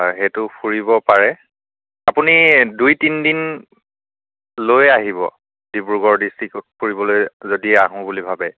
সেইটো ফুৰিব পাৰে আপুনি দুই তিনিদিন লৈ আহিব ডিব্ৰুগড় ডিস্ট্ৰিকত ফুৰিবলৈ যদি আহোঁ বুলি ভাবে